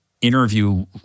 interview